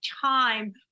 time